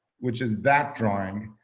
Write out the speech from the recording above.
which is that drawing,